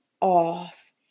off